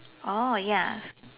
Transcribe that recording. orh ya